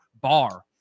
bar